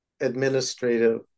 administrative